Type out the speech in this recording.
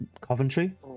Coventry